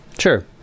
Sure